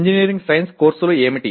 engineering science కోర్సులు ఏమిటి